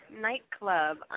Nightclub